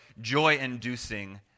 joy-inducing